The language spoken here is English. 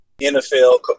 NFL